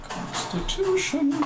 Constitution